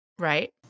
Right